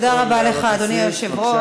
תודה רבה לך, אדוני היושב-ראש.